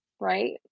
right